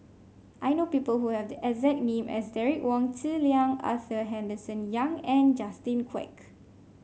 I know people who have the exact name as Derek Wong Zi Liang Arthur Henderson Young and Justin Quek